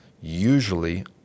usually